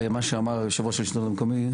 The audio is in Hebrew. מה שאמר יושב-ראש מרכז השלטון המקומי,